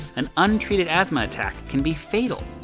an untreated asthma attack can be fatal.